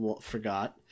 forgot